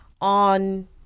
on